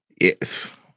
Yes